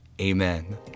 amen